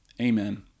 Amen